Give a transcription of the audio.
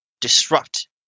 disrupt